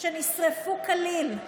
שנשרפו כליל.